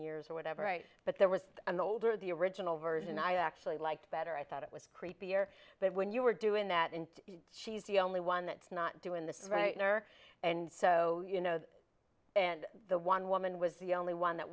years or whatever right but there was an older the original version i actually liked better i thought it was creepier but when you were doing that and she's the only one that's not doing this right or and so you know and the one woman was the only one that